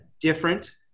different